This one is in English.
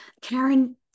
Karen